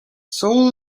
soul